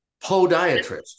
Podiatrist